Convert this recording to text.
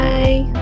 Bye